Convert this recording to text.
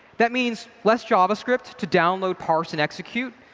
that means less javascript to download, parse, and execute.